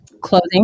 Clothing